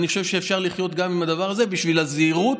אני חושב שאפשר לחיות גם עם הדבר הזה בשביל הזהירות,